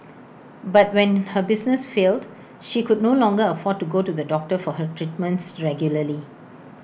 but when her business failed she could no longer afford to go to the doctor for her treatments regularly